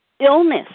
illness